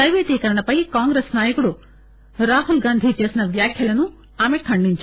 ప్రెపేటీకరణపై కాంగ్రెస్ నాయకుడు రాహుల్ గాంధీ చేసిన వ్యాఖ్యలను ఆమె ఖండించారు